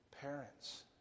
Parents